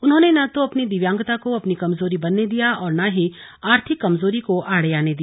उन्होंने ना तो अपनी दिव्यांगता को अपनी कमजोरी बनने दिया और ना ही आर्थिक कमजोरी को आड़े आने दिया